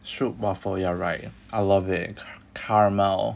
shoot waffle you're right I love it caramel